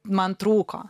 man trūko